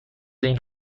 این